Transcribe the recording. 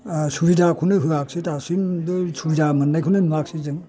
आ सुबिदाखौनो होवाखिसै दासिमबो सुबिदा मोननायखौनो नुवाखसै जों